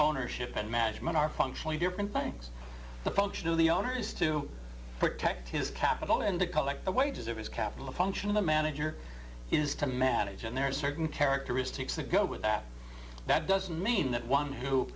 ownership and management are functionally different things the function of the owners to protect his capital and to collect the wages of his capital a function of the manager is to manage and there are certain characteristics that go with that that doesn't mean that one who